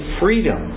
freedom